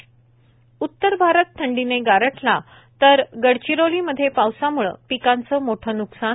त उत्तर भारत थंडीने गारठला तर गडचिरोली मध्ये पावसाम्ळं पिकांचं मोठं न्कसान